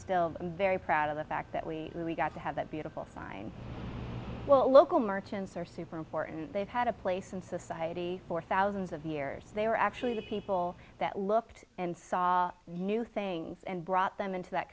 still very proud of the fact that we really got to have that beautiful sign well local merchants are super important they've had a place in society for thousands of years they were actually the people that looked and saw new things and brought them into that